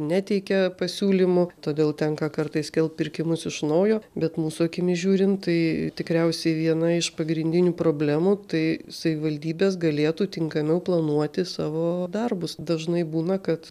neteikia pasiūlymų todėl tenka kartais kelt pirkimus iš naujo bet mūsų akimis žiūrint tai tikriausiai viena iš pagrindinių problemų tai savivaldybės galėtų tinkamiau planuoti savo darbus dažnai būna kad